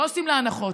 לא עושים לה הנחות,